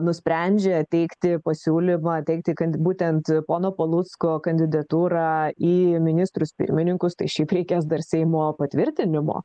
nusprendžia teikti pasiūlymą teikti kad būtent pono palucko kandidatūrą į ministrus pirmininkus tai šiaip reikės dar seimo patvirtinimo